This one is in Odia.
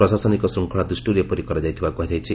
ପ୍ରଶାସନିକ ଶୃଙ୍ଗଳା ଦୃଷ୍ଟିରୁ ଏପରି କରାଯାଇଥିବା କୁହାଯାଉଛି